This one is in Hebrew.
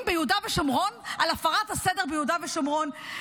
ביהודה ושומרון על הפרת הסדר ביהודה ושומרון.